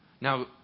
Now